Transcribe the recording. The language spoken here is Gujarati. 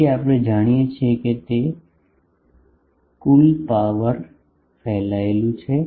તેથી આપણે જાણીએ છીએ તે કુલ પાવર ફેલાયેલું છે